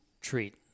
treat